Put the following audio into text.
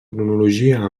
cronologia